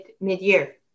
mid-year